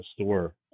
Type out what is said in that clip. store